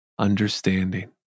understanding